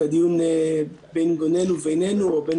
את הדיון ביו בינינו לבינינו או בין